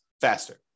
faster